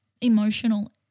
emotional